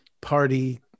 Party